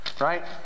Right